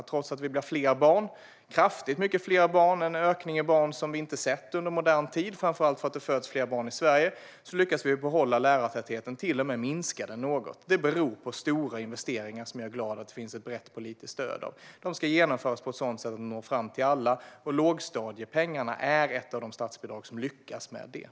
Trots att antalet barn ökar kraftigt - mer än vi sett under modern tid, framför allt för att det föds fler barn i Sverige - lyckas vi behålla lärartätheten och till och med öka den något. Detta beror på stora investeringar, som jag är glad att det finns ett brett politiskt stöd för. De ska genomföras på ett sådant sätt att de når fram till alla. Lågstadiepengarna är ett av de statsbidrag som lyckas med detta.